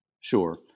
Sure